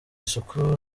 isuku